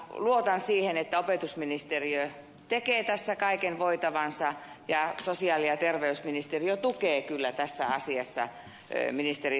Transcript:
luotan siihen että opetusministeriö tekee tässä kaiken voitavansa ja sosiaali ja terveysministeriö tukee kyllä tässä asiassa ministeri sarkomaata